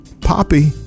poppy